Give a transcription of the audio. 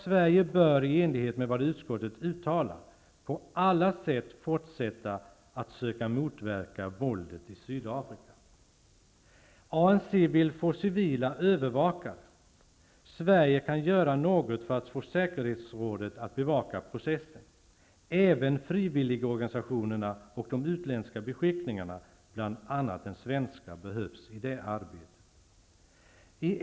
Sverige bör, i enlighet med vad utskottet uttalar, ''på alla sätt fortsätta att söka motverka våldet i Sydafrika''. ANC vill få civila övervakare. Sverige kan göra något för att få säkerhetsrådet att bevaka processen. Även frivilligorganisationerna och de utländska beskickningarna, bl.a. den svenska, behövs i det arbetet.